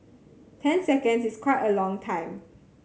ten seconds is quite a long time